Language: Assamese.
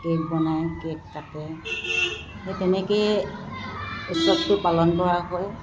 কেক বনায় কেক কাটে সেই তেনেকৈয়ে উৎসৱটো পালন কৰা হয়